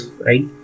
right